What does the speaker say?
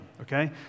okay